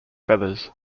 feathers